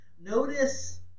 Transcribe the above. notice